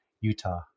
Utah